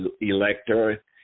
elector